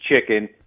Chicken